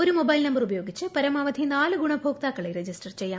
ഒരു mobile number ഉപയോഗിച്ച് പരമാവധി നാല് ഗുണഭോക്താക്കളെ രജിസ്റ്റർ ചെയ്യാം